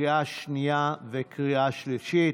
לקריאה שנייה וקריאה שלישית.